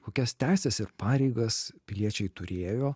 kokias teises ir pareigas piliečiai turėjo